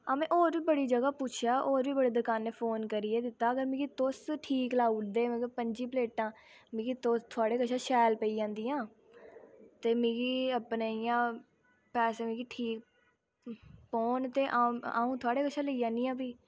अवा होर बड़ी जगह् पुच्छेआ होर बी बड़े दकानें फोन करियै दित्ता अगर मिगी तुस ठीक लाऊ उड़दे मतलब पं'जी प्लेटां मिगी थुआढ़े कशा शैल पेई जंदियां ते मिगी अपने इ'यां पैसे मिगी ठीक पौन ते अ'ऊं अ'ऊं थुआढ़े कशा लेई जन्नी आं फ्ही